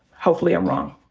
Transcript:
hopefully i'm wrong.